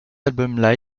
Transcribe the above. albums